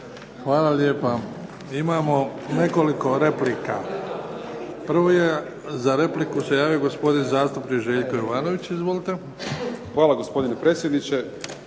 Hvala lijepa. Imamo nekoliko replika. Prvi je za repliku se javio gospodin zastupnik Željko Jovanović. Izvolite. **Jovanović, Željko